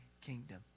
kingdom